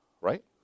Right